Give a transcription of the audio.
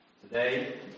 today